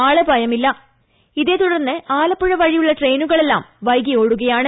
ആളപായമില്ല ഇതേ തുടർന്ന് ആലപ്പുഴ വഴിയുള്ള ട്രെയിനുകളെല്ലാം വൈകി ഓടുകയാണ്